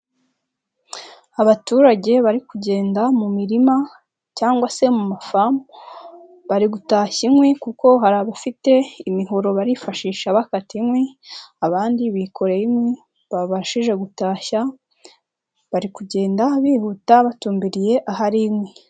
Abaturage bari kugenda mu mirima cyangwa se mu mafamu, bari gutashya inkwi kuko hari abafite imihoro barifashisha bakata inkwi, abandi bikoreye inkwi babashije gutashya, bari kugenda bihuta batumbiriye ahari inkwi.